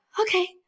okay